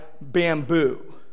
bamboo